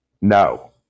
No